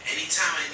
Anytime